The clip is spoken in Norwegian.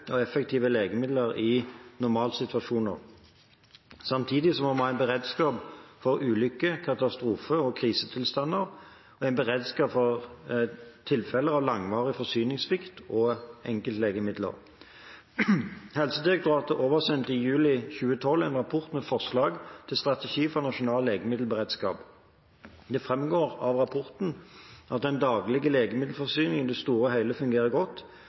og effektive legemidler i normalsituasjoner. Samtidig må vi ha en beredskap for ulykker, katastrofer og krisetilstander, og en beredskap for tilfeller av langvarig forsyningssvikt for enkeltlegemidler. Helsedirektoratet oversendte i juli 2012 en rapport med forslag til strategi for nasjonal legemiddelberedskap. Det framgår av rapporten at den daglige legemiddelforsyningen i det store og hele fungerer godt.